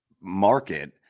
market